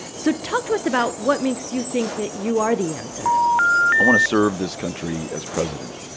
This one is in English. so talk to us about what makes you think that you are the answer i want to serve this country as president,